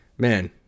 Man